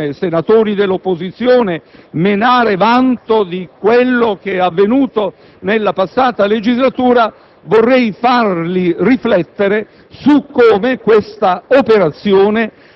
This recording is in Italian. i senatori dell'opposizione menare vanto di quello che è avvenuto nella passata legislatura, vorrei farli riflettere su come questa operazione